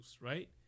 right